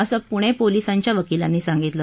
असं पुणे पोलिसांच्या वकिलांनी सांगितलं